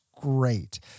great